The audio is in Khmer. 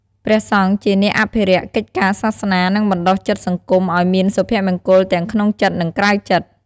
ព្រះសង្ឃជាអ្នកអភិរក្សកិច្ចការសាសនា និងបណ្តុះចិត្តសង្គមឲ្យមានសុភមង្គលទាំងក្នុងចិត្ត និងក្រៅចិត្ត។